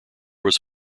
was